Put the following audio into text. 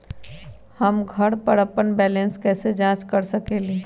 हम घर पर अपन बैलेंस कैसे जाँच कर सकेली?